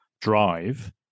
drive